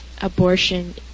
abortion